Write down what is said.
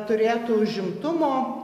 turėtų užimtumo